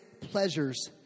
pleasures